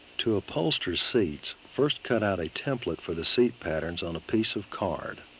to upholster seats, first cut out a template for the seat patterns on a piece of card.